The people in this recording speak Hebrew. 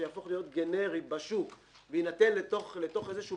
שיהפוך להיות גנרי בשוק ויינתן לתוך איזשהו